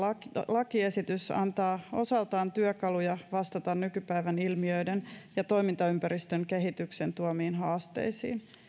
lakiesitys antaa osaltaan työkaluja vastata nykypäivän ilmiöiden ja toimintaympäristön kehityksen tuomiin haasteisiin